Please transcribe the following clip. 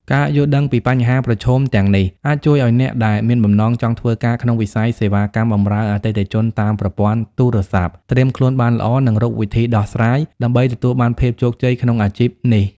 ការយល់ដឹងពីបញ្ហាប្រឈមទាំងនេះអាចជួយឱ្យអ្នកដែលមានបំណងចង់ធ្វើការក្នុងវិស័យសេវាកម្មបម្រើអតិថិជនតាមប្រព័ន្ធទូរស័ព្ទត្រៀមខ្លួនបានល្អ និងរកវិធីដោះស្រាយ ដើម្បីទទួលបានភាពជោគជ័យក្នុងអាជីពនេះ។